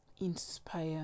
inspire